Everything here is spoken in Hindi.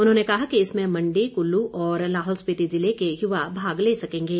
उन्होंने कहा कि इसमें मंडी कुल्लू और लाहौल स्पिति ज़िले के युवा भाग ले सकेंगे